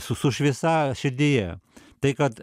su su šviesa širdyje tai kad